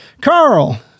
Carl